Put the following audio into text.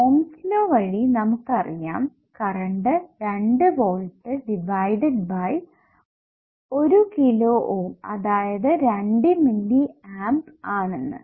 Ohm's law വഴി നമുക്ക് അറിയാം current 2 volt divided by 1 kilo ohm അതായത് 2 മില്ലി ആമ്പ് ആണെന്ന്